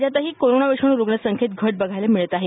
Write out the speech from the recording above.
राज्यातही कोरोना विषाणू रूग्ण संख्येत घट बघायला मिळत आहे